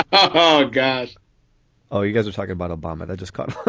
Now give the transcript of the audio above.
oh, god oh, you guys are talking about obama. i just can't.